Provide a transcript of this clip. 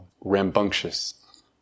rambunctious